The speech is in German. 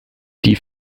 die